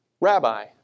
Rabbi